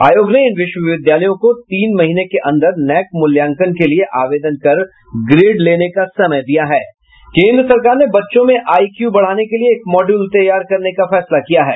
आयोग ने इन विश्वविद्यालयों को तीन महीने के अन्दर नैक मूल्यांकन के लिए आवेदन कर ग्रेड लेने का समय दिया है केन्द्र सरकार ने बच्चों में आई क्यू बढ़ाने के लिए एक मॉड्यूल तैयार करने का फैसला किया है